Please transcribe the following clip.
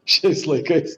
šiais laikais